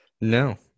no